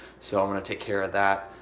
so, i'm gonna take care of that.